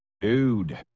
Dude